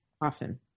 often